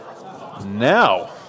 Now